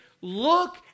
look